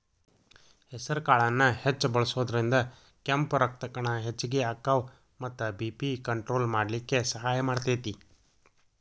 ಹೆಸರಕಾಳನ್ನ ಹೆಚ್ಚ್ ಬಳಸೋದ್ರಿಂದ ಕೆಂಪ್ ರಕ್ತಕಣ ಹೆಚ್ಚಗಿ ಅಕ್ಕಾವ ಮತ್ತ ಬಿ.ಪಿ ಕಂಟ್ರೋಲ್ ಮಾಡ್ಲಿಕ್ಕೆ ಸಹಾಯ ಮಾಡ್ತೆತಿ